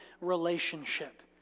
relationship